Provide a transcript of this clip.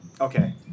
okay